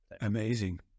Amazing